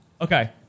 Okay